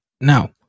Now